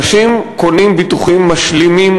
אנשים קונים ביטוחים משלימים,